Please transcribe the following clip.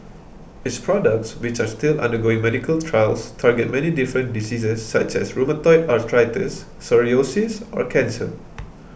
its products which are all still undergoing medical trials target many different diseases such as rheumatoid arthritis psoriasis or cancer